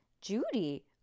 Judy